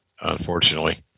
unfortunately